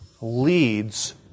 leads